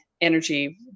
energy